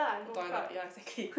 go toilet ya exactly